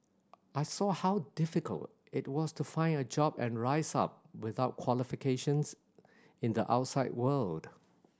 I saw how difficult it was to find a job and rise up without qualifications in the outside world